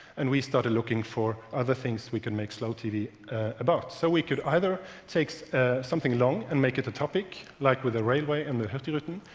and we started looking for other things we could make slow tv about. so we could either take something long and make it a topic, like with the railway and the hurtigruten,